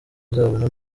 uzabona